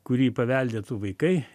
kurį paveldėtų vaikai